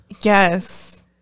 yes